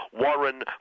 warren